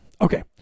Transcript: Okay